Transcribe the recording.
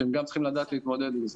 שהם גם צריכים לדעת להתמודד עם זה.